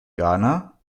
ghana